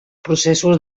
processos